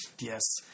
Yes